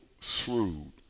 shrewd